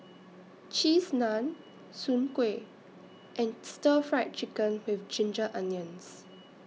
Cheese Naan Soon Kway and Stir Fried Chicken with Ginger Onions